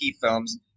Films